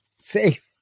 safe